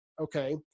okay